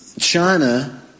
China